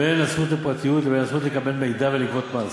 בין הזכות לפרטיות לבין הזכות לקבל מידע ולגבות מס,